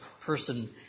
person